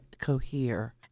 cohere